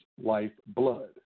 lifeblood